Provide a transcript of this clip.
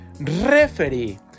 referee